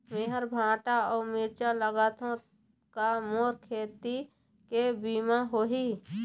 मेहर भांटा अऊ मिरचा लगाथो का मोर खेती के बीमा होही?